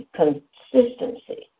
consistency